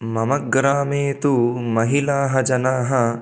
मम ग्रामे तु महिलाः जनाः